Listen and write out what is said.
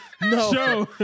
No